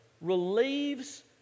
relieves